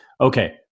Okay